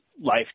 life